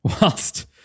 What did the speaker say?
whilst